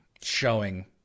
showing